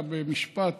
אלא במשפט,